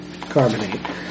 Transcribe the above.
carbonate